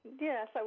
Yes